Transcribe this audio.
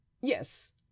yes